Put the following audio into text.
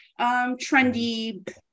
trendy